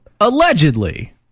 Allegedly